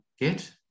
get